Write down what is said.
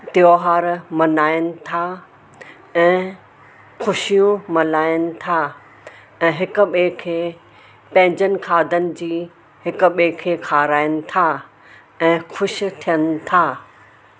त्योहार मल्हायण था ऐं ख़ुशियूं मल्हायण था ऐं हिक ॿिए खे पंहिंजनि खाधनि जी हिक ॿिए खे खाराइण था ऐं ख़ुशि थियण था